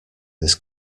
this